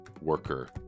worker